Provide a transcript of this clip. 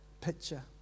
picture